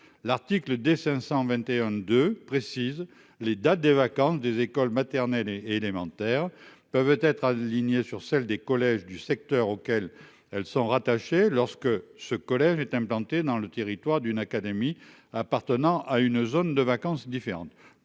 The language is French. L'article des 521 2 précise les dates des vacances des écoles maternelles et élémentaires peuvent être alignée sur celle des collèges du secteur auxquelles elles sont rattachées lorsque ce collège est implantée dans le territoire d'une académie appartenant à une zone de vacances différentes